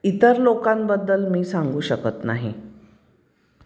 इतर लोकांबद्दल मी सांगू शकत नाही